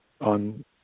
on